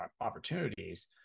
opportunities